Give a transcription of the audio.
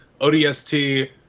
ODST